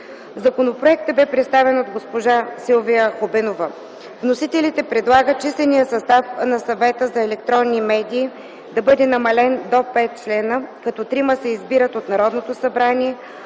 Законопроектът бе представен от госпожа Силвия Хубенова. Вносителите предлагат численият състав на Съвета за електронни медии да бъде намален до 5 члена, като трима се избират от Народното събрание,